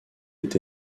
est